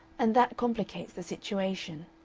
and that complicates the situation.